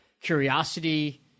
curiosity